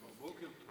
כבר בוקר.